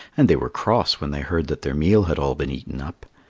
and they were cross when they heard that their meal had all been eaten up.